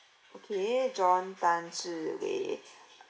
okay john tan zi wei